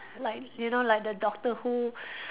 like you know like the Doctor Who